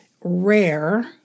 rare